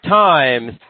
times